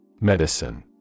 Medicine